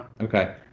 okay